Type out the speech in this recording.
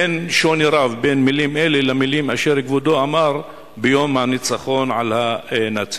אין שוני רב בין מלים אלה למלים אשר כבודו אמר ביום הניצחון על הנאציזם.